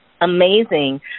amazing